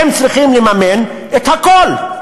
הם צריכים לממן הכול,